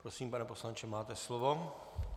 Prosím, pane poslanče, máte slovo.